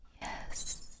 Yes